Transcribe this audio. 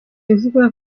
bivugwa